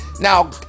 Now